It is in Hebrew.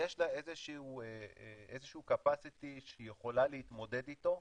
יש לה איזה שהוא קפסיטי שהיא יכולה להתמודד איתו,